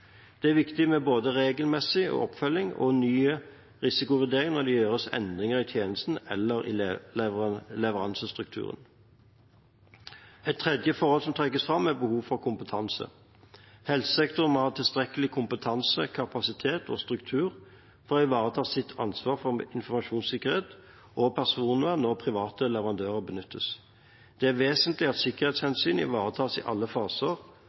Det er viktig med både regelmessig oppfølging og nye risikovurderinger når det gjøres endringer i tjenesten eller i leveransestrukturen. Et tredje forhold som trekkes fram, er behov for kompetanse. Helsesektoren må ha tilstrekkelig kompetanse, kapasitet og struktur for å ivareta sitt ansvar for informasjonssikkerhet og personvern når private leverandører benyttes. Det er vesentlig at sikkerhetshensyn ivaretas i alle faser,